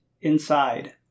inside